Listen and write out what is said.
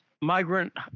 migrant